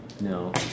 No